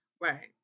Right